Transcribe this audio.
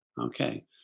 Okay